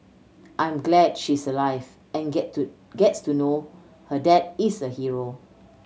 I'm glad she's alive and get to gets to know her dad is a hero